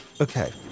Okay